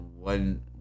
one